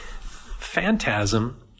Phantasm